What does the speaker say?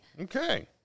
okay